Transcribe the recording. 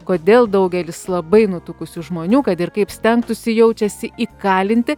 kodėl daugelis labai nutukusių žmonių kad ir kaip stengtųsi jaučiasi įkalinti